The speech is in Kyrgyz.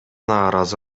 нааразы